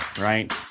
right